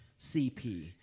CP